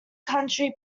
county